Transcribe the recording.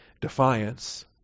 defiance